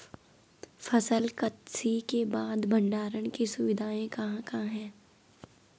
फसल कत्सी के बाद भंडारण की सुविधाएं कहाँ कहाँ हैं?